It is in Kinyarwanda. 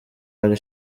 hari